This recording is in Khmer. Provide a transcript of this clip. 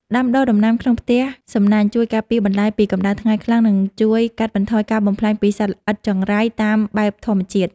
ដាំដុះដំណាំក្នុងផ្ទះសំណាញ់ជួយការពារបន្លែពីកម្ដៅថ្ងៃខ្លាំង និង ជួយកាត់បន្ថយការបំផ្លាញពីសត្វល្អិតចង្រៃតាមបែបធម្មជាតិ។